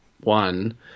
one